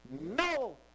No